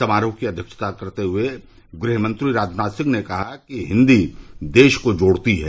समारोह की अध्यक्षता करते हुए गृहमंत्री राजनाथ सिंह ने कहा कि हिन्दी देश को जोड़ती है